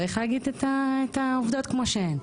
צריך להגיד את העובדות כמו שהן.